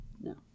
No